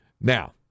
Now